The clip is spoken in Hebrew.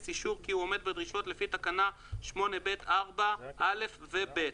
אישור כי הוא עומד בדרישות לפי תקנה 8(ב)(4)(א) ו-(ב).